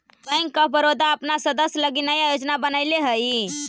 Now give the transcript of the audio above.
bank of Baroda अपन सदस्य लगी नया योजना बनैले हइ